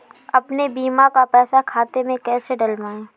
अपने बीमा का पैसा खाते में कैसे डलवाए?